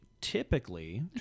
typically